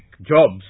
jobs